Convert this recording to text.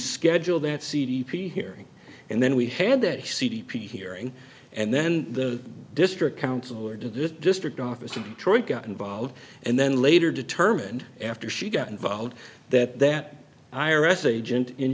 schedule that c d p hearing and then we had that c d p hearing and then the district council or do the district office in detroit got involved and then later determined after she got involved that that ira agent in